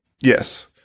Yes